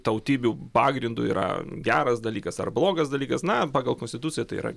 tautybių pagrindu yra geras dalykas ar blogas dalykas na pagal konstituciją tai yra